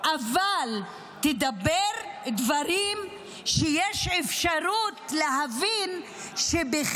אבל תאמר דברים שיש אפשרות להבין שיש